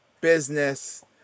business